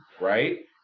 right